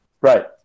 right